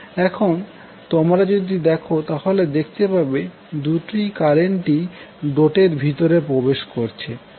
এখন তোমরা যদি দেখ তাহলে দেখতে পাবে দুটি কারেন্টই ডট এর ভিতরে প্রবেশ করছে